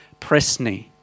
Presney